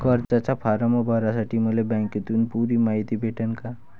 कर्जाचा फारम भरासाठी मले बँकेतून पुरी मायती भेटन का?